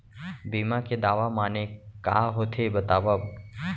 बीमा के दावा माने का होथे बतावव?